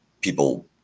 people